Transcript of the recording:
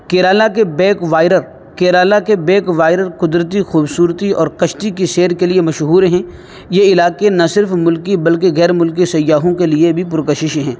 کیرالا کے بیک کیرالا کے backwater قدرتی خوبصورتی اور کشتی کی سیر کے لیے مشہور ہیں یہ علاقے نہ صرف ملکی بلکہ غیر ملکی سیاحوں کے لیے بھی پرکشش ہیں